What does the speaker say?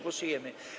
Głosujemy.